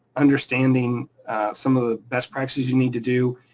understanding some of the best practices you need to do.